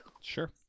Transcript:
Sure